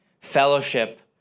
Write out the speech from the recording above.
fellowship